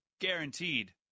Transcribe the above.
Guaranteed